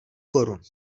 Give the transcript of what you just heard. korun